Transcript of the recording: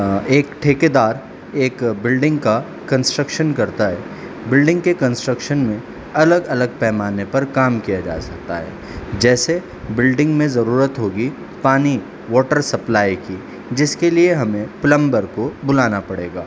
ایک ٹھیکے دار ایک بلڈنگ کا کنسٹرکشن کرتا ہے بلڈنگ کے کنسٹرکشن میں الگ الگ پیمانے پر کام کیا جا سکتا ہے جیسے بلڈنگ میں ضرورت ہوگی پانی واٹر سپلائی کی جس کے لیے ہمیں پلمبر کو بلانا پڑے گا